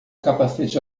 capacete